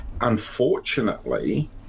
Unfortunately